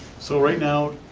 so right now,